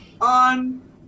on